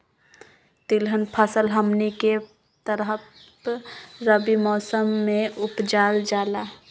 तिलहन फसल हमनी के तरफ रबी मौसम में उपजाल जाला